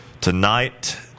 Tonight